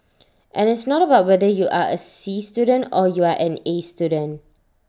and it's not about whether you are A C student or you are an A student